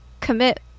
commit